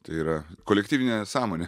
tai yra kolektyvinė sąmonė